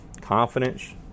confidence